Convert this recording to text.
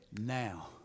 Now